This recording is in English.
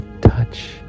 touch